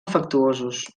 afectuosos